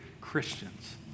Christians